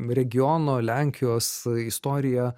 regiono lenkijos istoriją